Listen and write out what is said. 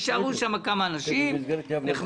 יישארו שם כמה אנשים נחמדים,